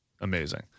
Amazing